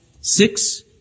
six